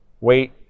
Wait